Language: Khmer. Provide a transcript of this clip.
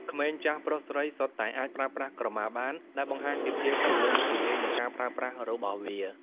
ក្មេង ចាស់ ប្រុស ស្រី សុទ្ធតែអាចប្រើប្រាស់ក្រមាបាន ដែលបង្ហាញពីភាពទូលំទូលាយនៃការប្រើប្រាស់របស់វា។